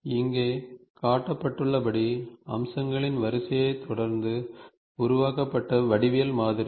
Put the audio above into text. இங்கே காட்டப்பட்டுள்ளபடி அம்சங்களின் வரிசையைத் தொடர்ந்து உருவாக்கப்பட்ட வடிவியல் மாதிரி